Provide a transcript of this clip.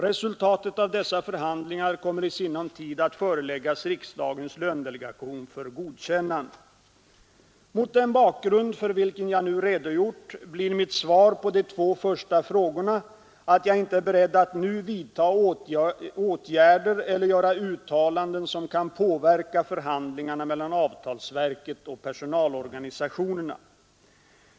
Resultatet av dessa förhandlingar kommer i sinom tid att föreläggas riksdagens lönedelegation för godkännande. Mot den bakgrund, för vilken jag här redogjort, blir mitt svar på de två första frågorna att jag inte är beredd att nu vidta åtgärder eller göra uttalanden som kan påverka förhandlingarna mellan avtalsverket och personalorganisationerna.